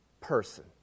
person